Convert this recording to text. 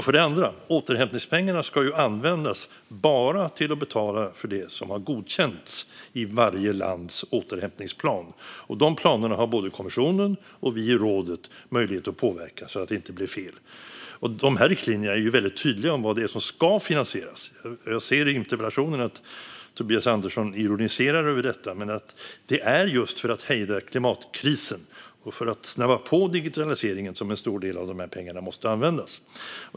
För det andra ska återhämtningspengarna användas bara till att betala för det som har godkänts i varje lands återhämtningsplan. De planerna har både kommissionen och vi i rådet möjlighet att påverka så att det inte blir fel. De riktlinjerna är väldigt tydliga om vad det är som ska finansieras. Jag ser i interpellationen att Tobias Andersson ironiserar över detta, men det är just för att hejda klimatkrisen och för att snabba på digitaliseringen som en stor del av de här pengarna måste användas.